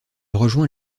rejoint